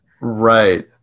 Right